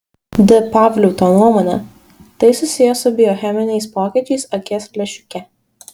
d pavliuto nuomone tai susiję su biocheminiais pokyčiais akies lęšiuke